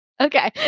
Okay